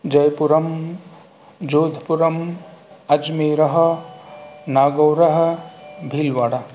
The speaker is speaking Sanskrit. जयपुरं जोध्पुरम् अज्मेरः नागोरः भील्वाडा